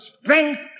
strength